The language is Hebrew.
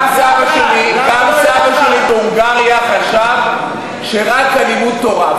גם סבא שלי בהונגריה חשב שרק לימוד תורה,